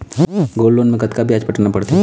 Gold loan मे कतका ब्याज पटाना पड़थे?